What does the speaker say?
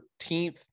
13th